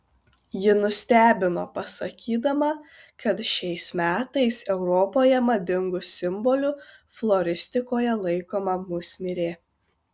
ji nustebino pasakydama kad šiais metais europoje madingu simboliu floristikoje laikoma musmirė